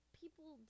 people